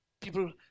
People